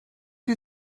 you